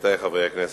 עמיתי חברי הכנסת,